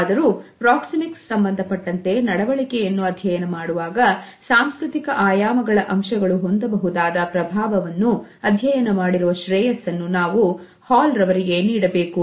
ಆದರೂ ಪ್ರಾಕ್ಸಿಮಿಕ್ಸ್ ಸಂಬಂಧಪಟ್ಟಂತೆ ನಡವಳಿಕೆಯನ್ನು ಅಧ್ಯಯನ ಮಾಡುವಾಗ ಸಾಂಸ್ಕೃತಿಕ ಆಯಾಮಗಳ ಅಂಶಗಳು ಹೊಂದಬಹುದಾದ ಪ್ರಭಾವವನ್ನು ಅಧ್ಯಯನ ಮಾಡಿರುವ ಶ್ರೇಯಸ್ಸನ್ನು ನಾವು ಹಾಲ್ ರವರಿಗೆ ನೀಡಬೇಕು